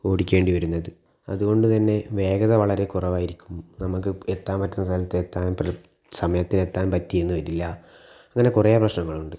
ഓടിക്കേണ്ടി വരുന്നത് അതുകൊണ്ട് തന്നെ വേഗത വളരെ കുറവായിരിക്കും നമുക്ക് എത്താൻ പറ്റുന്ന സ്ഥലത്ത് എത്താൻ സമയത്തിന് എത്താൻ പറ്റിയെന്ന് വരില്ല അങ്ങനെ കുറേ പ്രശ്നങ്ങളുണ്ട്